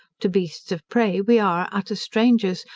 to beasts of prey we are utter strangers,